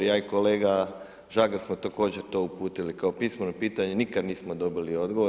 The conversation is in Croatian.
Ja i kolega Žagar smo također to uputili kao pismeno pitanje, nikada nismo dobili odgovor.